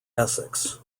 essex